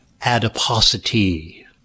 adiposity